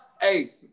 Hey